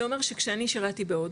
זה אומר שכשאני שירתי בהודו,